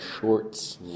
shorts